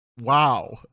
wow